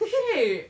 shit